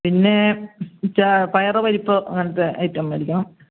പിന്നെ മറ്റേ പയർ പരിപ്പ് അങ്ങനത്തെ ഐറ്റം മേടിക്കണം